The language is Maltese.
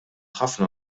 ħafna